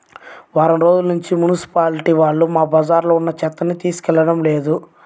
వారం రోజుల్నుంచి మున్సిపాలిటీ వాళ్ళు మా బజార్లో ఉన్న చెత్తని తీసుకెళ్లడం లేదు